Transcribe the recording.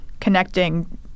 Connecting